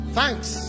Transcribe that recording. thanks